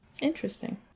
interesting